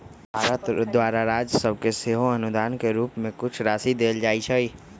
भारत द्वारा राज सभके सेहो अनुदान के रूप में कुछ राशि देल जाइ छइ